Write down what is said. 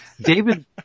David